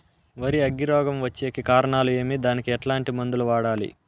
వరి అగ్గి రోగం వచ్చేకి కారణాలు ఏమి దానికి ఎట్లాంటి మందులు వాడాలి?